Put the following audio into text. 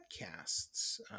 podcasts